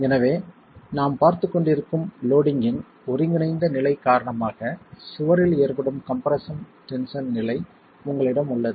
எனவே நாம் பார்த்துக்கொண்டிருக்கும் லோடிங்கின் ஒருங்கிணைந்த நிலை காரணமாக சுவரில் ஏற்படும் கம்ப்ரெஸ்ஸன் டென்ஷன் நிலை உங்களிடம் உள்ளது